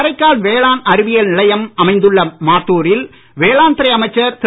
காரைக்கால் வேளாண் அறிவியல் நிலையம் அமைந்துள்ள மாத்தூரில் வேளாண்துறை அமைச்சர் திரு